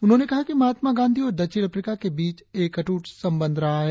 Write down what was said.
उन्होंने कहा कि महात्मा गांधी और दक्षिण अफ्रीका के बीच एक अटूट संबंध रहा है